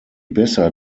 besser